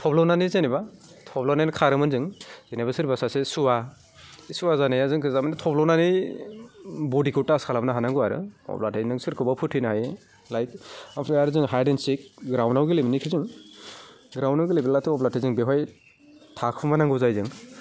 थब्ल'नानै जेनेबा थब्ल'नानै खारोमोन जों जेनेबा सोरबा सासेया सुवा बे सुवा जानाया थारमाने थब्ल'नानै बडिखौ टाच खालामनो हानांगौ आरो अब्लाथाय नों सोरखौबा फोथैनो हायो लाइक ओमफ्राय आरो जों हाइड एन्ड सिक राउन्डआव गेलेयोमोन इखौ जों राउन्डआव गेलेब्लाथ' जों बेवहाय थाखुमानांगौ जायोमोन जों